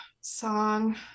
song